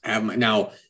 Now